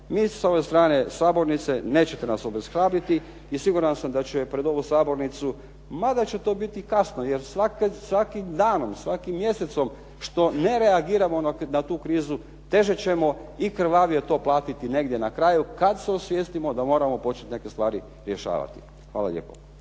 Vi s ove strane sabornice nećete nas obeshrabriti i siguran sam da će pred ovu sabornicu, mada će to biti kasno jer svakim danom, svakim mjesecom što ne reagiramo na tu krizu, teže ćemo i krvavije to platiti negdje na kraju kad se osvijestimo da moramo početi neke stvari rješavati. Hvala lijepo.